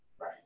right